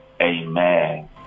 Amen